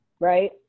Right